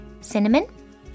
Cinnamon